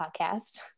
podcast